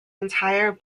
entire